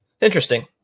Interesting